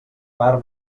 mar